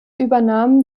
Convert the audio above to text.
übernahm